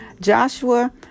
Joshua